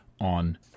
on